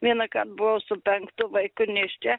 vienąkart buvau su penktu vaiku nėščia